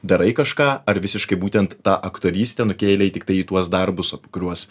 darai kažką ar visiškai būtent ta aktorystė nukėlei tiktai į tuos darbus apie kuruos